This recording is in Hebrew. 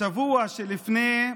בשבוע שלפני,